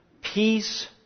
peace